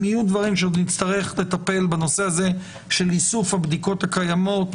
אם יהיו דברים שעוד נצטרך לטפל בנושא הזה של איסוף הבדיקות הקיימות,